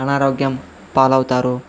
అనారోగ్యం పాలవుతారు